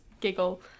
giggle